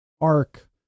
arc